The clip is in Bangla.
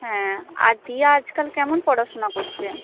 হ্যাঁ আর দিয়া আজকাল কেমন পড়াশোনা করছে